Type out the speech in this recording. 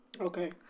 Okay